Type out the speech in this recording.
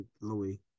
Louis